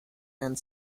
and